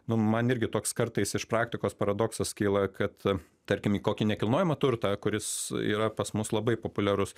nu man irgi toks kartais iš praktikos paradoksas kyla kad tarkim į kokį nekilnojamą turtą kuris yra pas mus labai populiarus